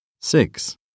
Six